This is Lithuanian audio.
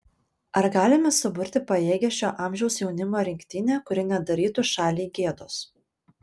ar galime suburti pajėgią šio amžiaus jaunimo rinktinę kuri nedarytų šaliai gėdos